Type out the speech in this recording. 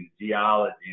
geology